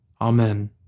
Amen